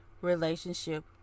relationship